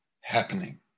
happening